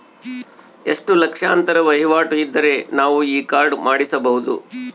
ಎಷ್ಟು ಲಕ್ಷಾಂತರ ವಹಿವಾಟು ಇದ್ದರೆ ನಾವು ಈ ಕಾರ್ಡ್ ಮಾಡಿಸಬಹುದು?